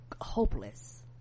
hopeless